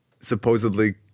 supposedly